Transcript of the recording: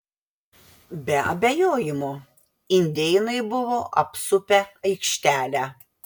be abejojimo indėnai buvo apsupę aikštelę